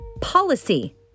policy